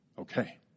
Okay